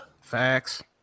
Facts